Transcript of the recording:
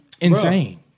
Insane